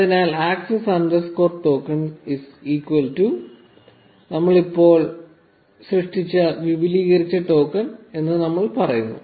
അതിനാൽ access underscore token is equal to 1021 നമ്മൾ ഇപ്പോൾ സൃഷ്ടിച്ച വിപുലീകരിച്ച ടോക്കൺ എന്ന് നമ്മൾ പറയുന്നു